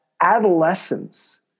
adolescence